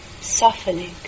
softening